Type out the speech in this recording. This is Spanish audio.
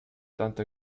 tanto